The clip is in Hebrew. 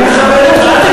אני מכבד אותך.